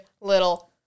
little